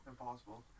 Impossible